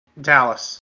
Dallas